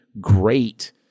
great